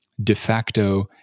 DeFacto